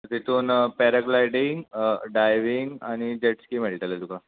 तितून paragliding diving आनी jet ski मेळटले तुका